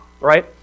right